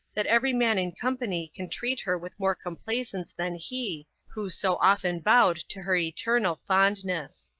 that every man in company can treat her with more complaisance than he, who so often vowed to her eternal fondness.